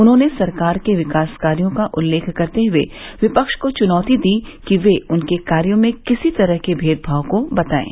उन्होंने सरकार के विकास कार्यों का उल्लेख करते हुए विपक्ष को चुनौती दी कि वे उनके कार्यो में किसी भी तरह के मेदभाव को बताएं